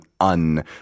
un